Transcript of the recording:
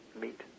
meet